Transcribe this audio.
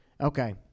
Okay